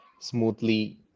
smoothly